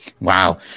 Wow